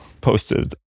posted